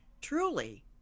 truly